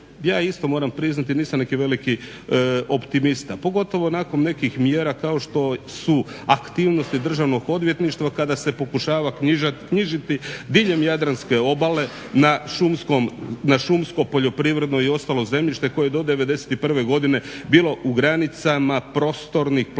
ja isto moram priznati nisam neki veliki optimist, pogotovo nakon nekih mjera kao što su aktivnosti državnog odvjetništva kada se pokušava knjižiti diljem jadranske obale na šumsko, poljoprivredno i ostalo zemljište koje je do '91. godine bilo u granicama prostornih planova